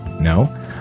No